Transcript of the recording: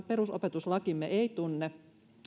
perusopetuslakimme ei tunne